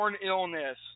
illness